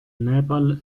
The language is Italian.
nepal